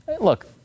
look